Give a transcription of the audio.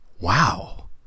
wow